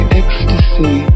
ecstasy